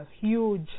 huge